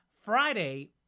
Friday